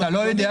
אתה לא יודע,